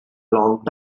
long